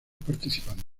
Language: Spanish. participantes